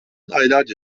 aylarca